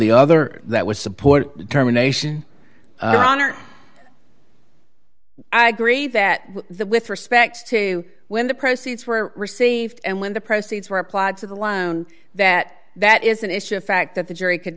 the other that would support determination on or i agree that the with respect to when the proceeds were received and when the proceeds were applied to the loan that that is an issue of fact that the jury could